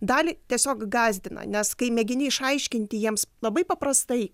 dalį tiesiog gąsdina nes kai mėgini išaiškinti jiems labai paprastai